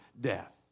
death